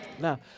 Now